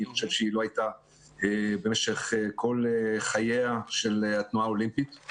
אני חושב שתקופה כזאת לא היתה במשך כל חייה של התנועה האולימפית.